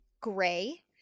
gray